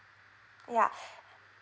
ya